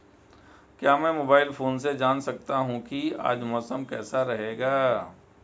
क्या मैं mobile phone से जान सकता हूँ कि आज मौसम कैसा रहेगा?